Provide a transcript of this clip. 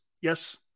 Yes